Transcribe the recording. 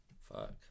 Fuck